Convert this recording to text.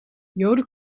joden